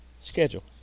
schedule